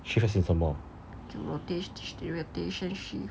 shift as in 什么